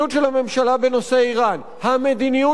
המדיניות של הממשלה בנושא אירן,